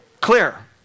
clear